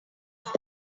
car